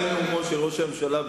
הוא ראש המשלחת